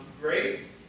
grace